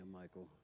Michael